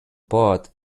part